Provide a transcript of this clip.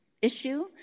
issue